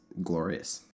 glorious